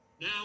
Now